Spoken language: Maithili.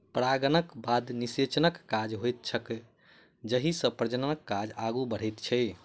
परागणक बाद निषेचनक काज होइत छैक जाहिसँ प्रजननक काज आगू बढ़ैत छै